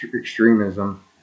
extremism